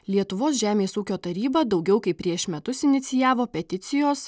lietuvos žemės ūkio taryba daugiau kaip prieš metus inicijavo peticijos